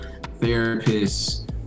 therapists